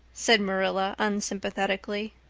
said marilla unsympathetically.